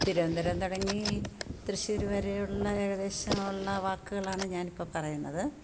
തിരുവനന്തപുരം തുടങ്ങി തൃശ്ശൂർ വരെയുള്ള ഏകദേശം ഉള്ള വാക്കുകളാണ് ഞാനിപ്പം പറയുന്നത്